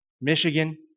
Michigan